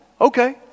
Okay